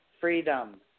freedom